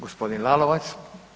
g. Lalovac.